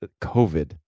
COVID